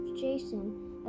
Jason